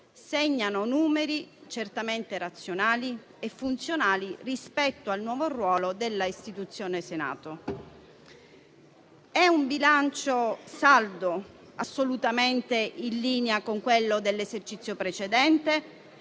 segnano numeri certamente razionali e funzionali rispetto al nuovo ruolo della istituzione Senato. È un bilancio saldo, assolutamente in linea con quello dell'esercizio precedente,